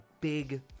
big